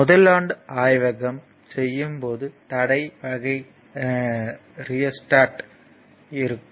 முதல் ஆண்டு ஆய்வகம் செய்யும் போது தடை வகை ரியோஸ்டாட் இருக்கும்